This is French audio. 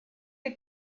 des